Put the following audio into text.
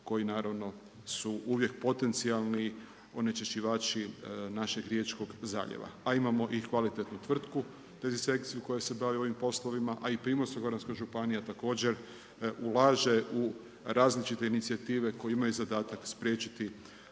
koji naravno su uvijek potencijalni onečišćivači našeg Riječkog zaljeva. A imamo i kvalitetnu tvrtku za dezinsekciju koja se bavi ovim poslovima, a i Primorsko-goranska županija također ulaže u različite inicijative koje imaju zadatak spriječiti